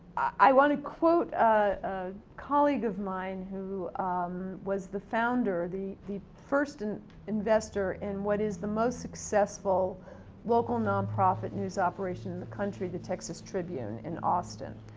i wanna quote a colleague of mine who was the founder, the the first and investor in what is the most successful local non-profit news operation in the country, the texas tribune in austin.